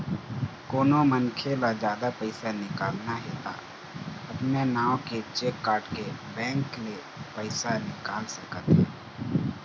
कोनो मनखे ल जादा पइसा निकालना हे त अपने नांव के चेक काटके बेंक ले पइसा निकाल सकत हे